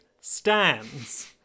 stands